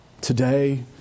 today